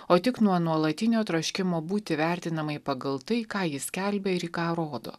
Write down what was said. o tik nuo nuolatinio troškimo būti vertinamai pagal tai ką ji skelbia ir į ką rodo